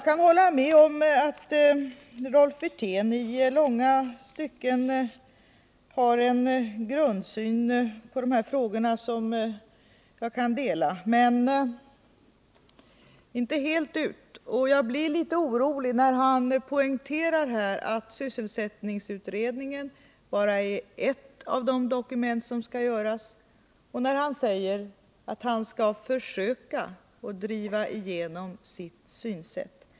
I långa stycken har Rolf Wirtén en grundsyn på dessa frågor som jag kan dela, men inte helt. Jag blir litet orolig när han poängterar att sysselsättningsutredningen bara är ett av de dokument som skall tas fram, och när han säger att han skall försöka driva igenom sitt synsätt.